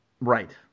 Right